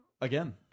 Again